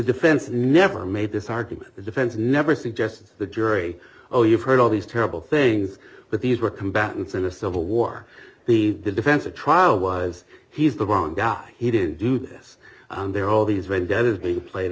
defense never made this argument the defense never suggested the jury oh you've heard all these terrible things but these were combatants in a civil war the defense a trial was he's the wrong guy he didn't do this and they're all these vendettas being played